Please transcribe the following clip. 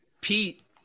Pete